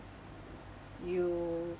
you